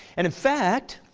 and in fact,